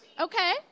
Okay